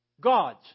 God's